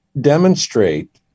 demonstrate